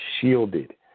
shielded